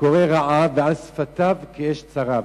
כורה רעה ועל שפתיו כאש צרבת.